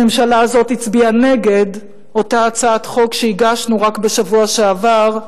הממשלה הזאת הצביעה נגד אותה הצעת חוק שהגשנו רק בשבוע שעבר,